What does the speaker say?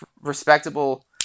respectable